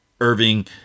Irving